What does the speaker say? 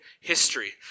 history